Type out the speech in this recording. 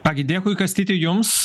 ką gi dėkui kastyti jums